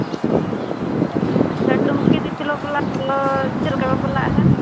ᱚ ᱦᱚ ᱟᱪᱪᱷᱟ ᱴᱩᱝᱠᱤ ᱫᱤᱯᱤᱞ ᱵᱚᱯᱞᱟ ᱫᱚ ᱪᱮᱫᱞᱮᱠᱟ ᱵᱟᱯᱞᱟᱜ ᱦᱟᱸᱜ